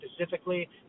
specifically